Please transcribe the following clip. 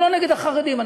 הם לא נגד החרדים.